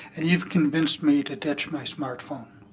and you've convinced me to ditch my smartphone.